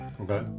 Okay